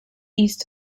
east